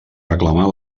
reclamar